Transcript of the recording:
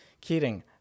Keating